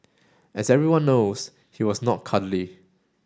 as everyone knows he was not cuddly